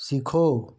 सीखो